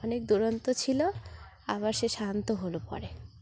অনেক দূরন্ত ছিল আবার সে শান্ত হলো পরে